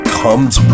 comes